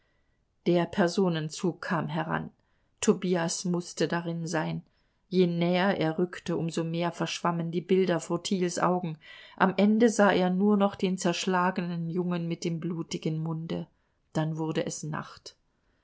der personenzug kam heran tobias mußte darin sein je näher er rückte um so mehr verschwammen die bilder vor thiels augen am ende sah er nur noch den zerschlagenen jungen mit dem blutigen munde dann wurde es nacht